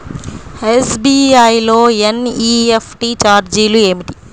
SBI లో NEFT ఛార్జీలు ఏమిటి?